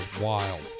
Wild